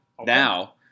now